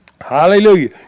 Hallelujah